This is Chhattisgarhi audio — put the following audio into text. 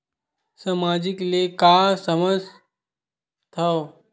सामाजिक ले का समझ थाव?